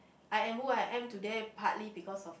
I'm who I'm today partly because of the